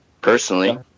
personally